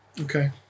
okay